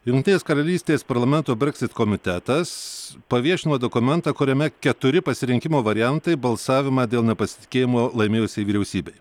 jungtinės karalystės parlamento brexit komitetas paviešino dokumentą kuriame keturi pasirinkimo variantai balsavimą dėl nepasitikėjimo laimėjusiai vyriausybei